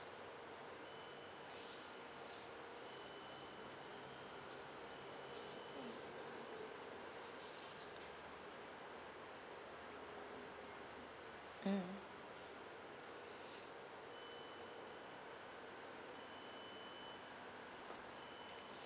mm